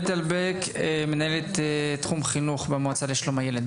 מיטל בק, מנהלת תחום חינוך במועצה לשלום הילד.